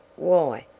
why?